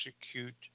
execute